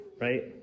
Right